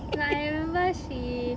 like I remember she